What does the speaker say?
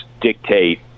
dictate